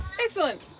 Excellent